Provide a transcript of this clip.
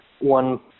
one